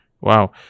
Wow